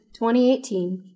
2018